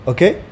Okay